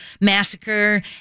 massacre